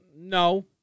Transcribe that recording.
No